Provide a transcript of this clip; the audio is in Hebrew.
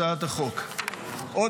אציין כי חסרות בהצעת החוק מספר הוראות